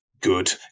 Good